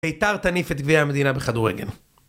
בית"ר תניף את גביע המדינה בכדורגל